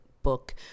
book